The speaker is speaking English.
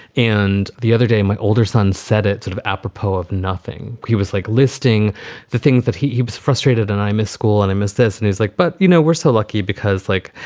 and the other day, my older son said it's sort of apropos of nothing. he was like listing the things that he he was frustrated. and i missed school and i missed this. and he's like, but, you know, we're so lucky because like,